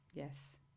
Yes